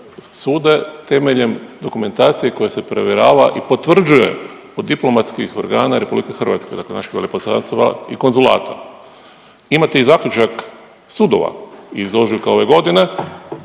sude temeljem dokumentacije koja se provjerava i potvrđuje od diplomatskih organa i RH, dakle našeg veleposlanstva i konzulata. Imate i zaključak sudova iz ožujka ove godine,